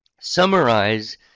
summarize